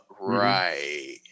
right